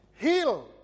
heal